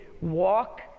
walk